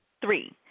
Three